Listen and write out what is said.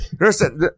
listen